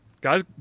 Guys